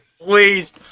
please